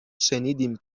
شنیدیم